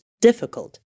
difficult